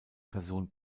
person